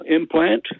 implant